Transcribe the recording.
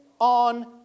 on